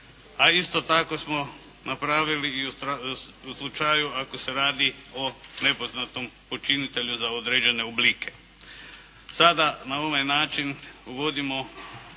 a isto tako smo napravili i u slučaju ako se radi o nepoznatom počinitelju za određene oblike. Sada na ovaj način uvodimo